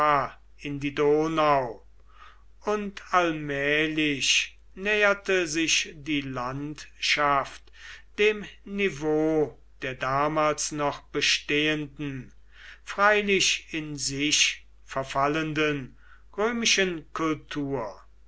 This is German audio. in die donau und allmählich näherte sich die landschaft dem niveau der damals noch bestehenden freilich in sich verfallenden römischen kultur